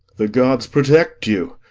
the gods protect you,